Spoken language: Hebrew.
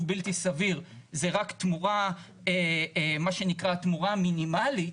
בלתי סביר זה רק תמורה מה שנקרא תמורה מינימלית,